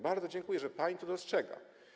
Bardzo dziękuję, że pani to dostrzega.